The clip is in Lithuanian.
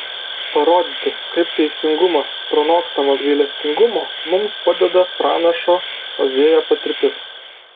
parodyti kaip teisingumas pranokstamas gailestingumo mums padeda pranašo ozėjo patirtis